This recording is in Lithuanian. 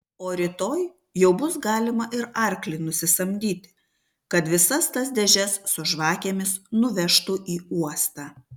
o rytoj jau bus galima ir arklį nusisamdyti kad visas tas dėžes su žvakėmis nuvežtų į uostą